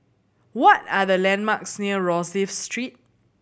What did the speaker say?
what are the landmarks near Rosyth Road